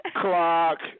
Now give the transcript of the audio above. Clock